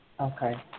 Okay